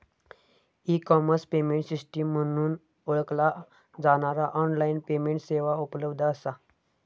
E commerce payment system म्हणून ओळखला जाणारा ऑनलाइन पेमेंट सेवा उपलब्ध असा